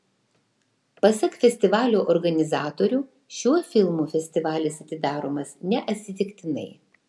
pasak festivalio organizatorių šiuo filmu festivalis atidaromas neatsitiktinai